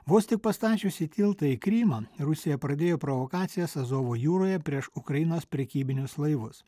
vos tik pastačiusi tiltą į krymą rusija pradėjo provokacijas azovo jūroje prieš ukrainos prekybinius laivus